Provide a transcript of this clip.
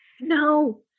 No